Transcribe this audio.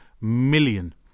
million